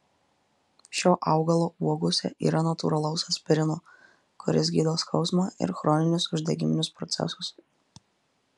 šio augalo uogose yra natūralaus aspirino kuris gydo skausmą ir chroninius uždegiminius procesus